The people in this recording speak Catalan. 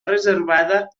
reservada